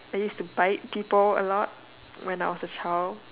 I used to bite people a lot when I was a child